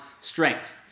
strength